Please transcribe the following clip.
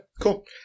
cool